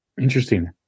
Interesting